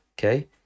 okay